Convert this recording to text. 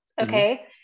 okay